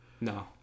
No